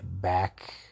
back